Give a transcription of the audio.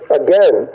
again